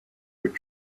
with